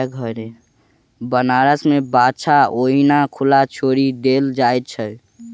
बनारस मे बाछा ओहिना खुला छोड़ि देल जाइत छै